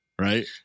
right